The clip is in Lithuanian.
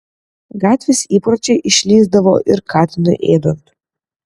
gatvės įpročiai išlįsdavo ir katinui ėdant